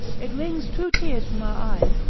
it wrings true tears from our eyes,